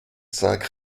cinq